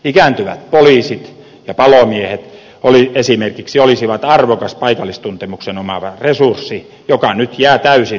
esimerkiksi ikääntyvät poliisit ja palomiehet olisivat arvokas paikallistuntemuksen omaava resurssi joka nyt jää täysin hyödyntämättä